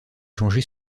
changer